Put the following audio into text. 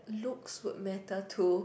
looks would matter too